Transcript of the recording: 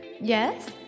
Yes